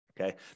Okay